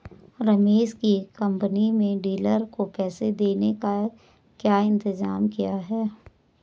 रमेश की कंपनी में डीलर को पैसा देने का क्या इंतजाम किया है?